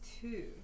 Two